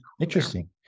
Interesting